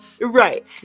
Right